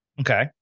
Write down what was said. Okay